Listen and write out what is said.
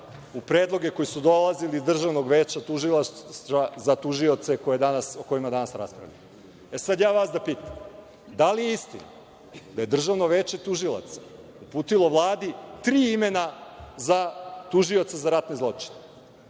u predloge koji su dolazili iz Državnog veća tužilaštva za tužioce o kojima danas raspravljamo. Sada ja vas da pitam – da li je istina da je Državno veće tužilaca uputilo Vladi tri imena za tužioce za ratne zločine?